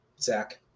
Zach